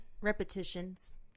repetitions